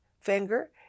finger